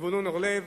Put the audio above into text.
זבולון אורלב,